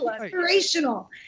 inspirational